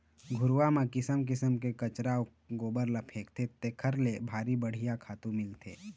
घुरूवा म किसम किसम के कचरा अउ गोबर ल फेकथे तेखर ले भारी बड़िहा खातू मिलथे